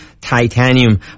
Titanium